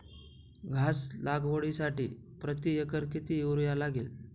घास लागवडीसाठी प्रति एकर किती युरिया लागेल?